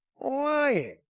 lying